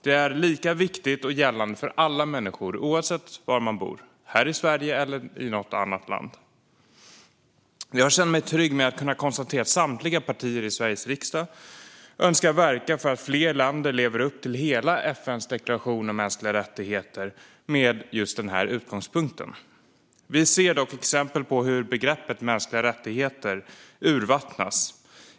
De är lika viktiga och gällande för alla människor var de än bor, här i Sverige eller i något annat land. Jag känner mig trygg med att kunna konstatera att samtliga partier i Sveriges riksdag önskar verka för att fler länder lever upp till hela FN:s deklaration om mänskliga rättigheter med just den utgångspunkten. Vi ser dock exempel på hur begreppet mänskliga rättigheter urvattnas.